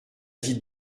vie